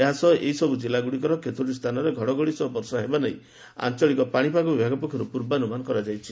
ଏହାସହ ଏହିସବୁ ଜିଲ୍ଲାଗୁଡିକରେ କେତୋଟି ସ୍ସାନରେ ଘଡଘଡି ସହ ବଷା ହେବା ନେଇ ଆଞ୍ଚଳିକ ପାଶିପାଗ ବିଭାଗ ପକ୍ଷରୁ ଅନୁମାନ କରାଯାଇଛି